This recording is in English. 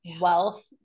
wealth